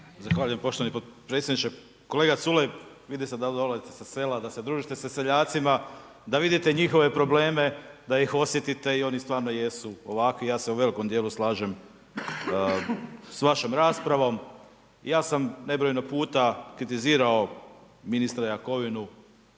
Zahvaljujem poštovani potpredsjedniče. Kolega Culej, vidi se da dolazite sa sela, da se družite sa seljacima, da vidite njihove probleme, da ih osjetite i oni stvarno jesu ovakvi, ja se u velikom dijelu slažem s vašom raspravom. Ja sam nebrojeno puta kritizirao ministra Jakovinu